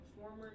former